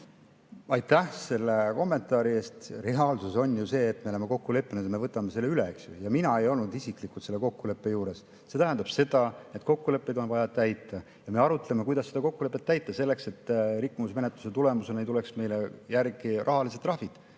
Aitäh selle kommentaari eest! Reaalsus on ju see, et me oleme kokku leppinud, et me võtame selle üle. Mina ei olnud isiklikult selle kokkuleppe juures. Kokkuleppeid on vaja täita ja me arutleme, kuidas seda kokkulepet täita selleks, et rikkumismenetluse tulemusena ei tuleks meile rahalisi trahve.